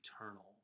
eternal